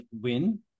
win